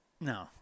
No